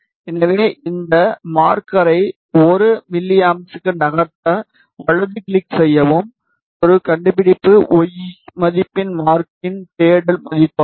எனவே இந்த மார்க்கரை 1 எம்எ க்கு நகர்த்த வலது கிளிக் செய்யவும் ஒரு கண்டுபிடிப்பு y மதிப்பின் மார்க்கரின் தேடல் மதிப்பு ஆகும்